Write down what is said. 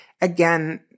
Again